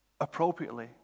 appropriately